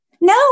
No